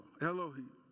Elohim